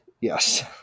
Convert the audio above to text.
yes